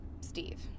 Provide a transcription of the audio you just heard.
Steve